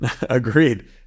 Agreed